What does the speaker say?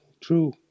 true